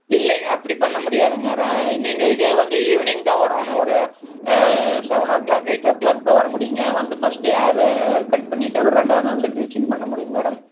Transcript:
இல்லைங்க அப்படி பண்ண முடியாதுங்க நீங்கள் இதே வந்து ஈவினிங் தான் வரும் ஒரு seven o'clock eight o'clock தான் வர முடியுங்க வந்து ஃபஸ்ட்டு ஹேரு கட் பண்ணிட்டு ரெண்டாவது நாள்தான் ப்ளீச்சிங் பண்ண முடியுங்க மேடம்